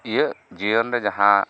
ᱤᱧᱟᱜ ᱡᱤᱭᱚᱱ ᱨᱮ ᱡᱟᱸᱦᱟ